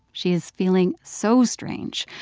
she is feeling so strange,